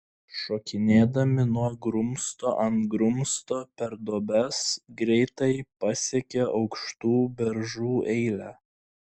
šokinėdami nuo grumsto ant grumsto per duobes greitai pasiekė aukštų beržų eilę